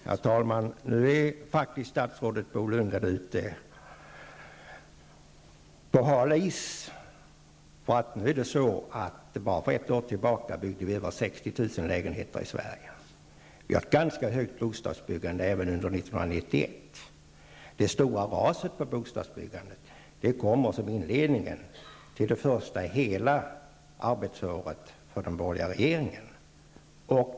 Herr talman! Nu är faktiskt statsrådet Bo Lundgren ute på hal is. Bara för ett år sedan byggde vi över 60 000 lägenheter. Vi har haft ett ganska omfattande bostadsbyggande även under 1991. Det stora raset på bostadsbyggandet kommer som inledningen till det första hela arbetsåret för den borgerliga regeringen.